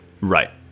right